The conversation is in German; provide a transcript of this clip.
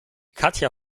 katja